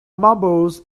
mumbled